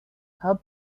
help